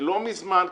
ולא מזמן,